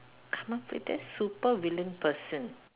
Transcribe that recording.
come out with a super villain person